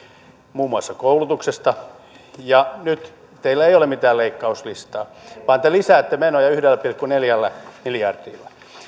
muun muassa koulutuksesta nyt teillä ei ole mitään leikkauslistaa vaan te lisäätte menoja yhdellä pilkku neljällä miljardilla